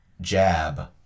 jab